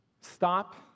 stop